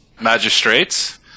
magistrates